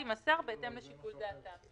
המידע יימסר בהתאם לשיקול דעתם.